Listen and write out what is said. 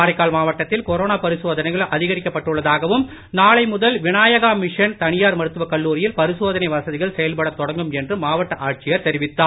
காரைக்கால் மாவட்டத்தில் கொரோனா பரிசோதனைகள் அதிகரிக்கப்பட்டுள்ளதாகவும் நாளை முதல் விநாயகா மிஷன் தனியார் மருத்துவக் கல்லூரியில் பரிசோதனை வசதிகள் செயல்படத் தொடங்கும் என்றும் மாவட்ட ஆட்சியர் தெரிவித்தார்